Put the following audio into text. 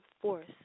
force